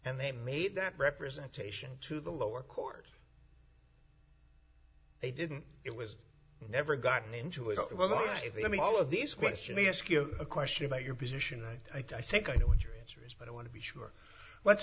and they made that representation to the lower court they didn't it was never gotten into it when i mean all of these question we ask you a question about your position i think i know what your answer is but i want to be sure let's